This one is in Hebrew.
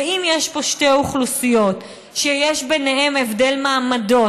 ואם יש פה שתי אוכלוסיות שיש ביניהן הבדל מעמדות,